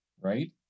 right